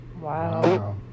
Wow